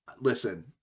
listen